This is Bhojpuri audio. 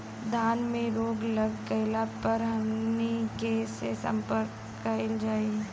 धान में रोग लग गईला पर हमनी के से संपर्क कईल जाई?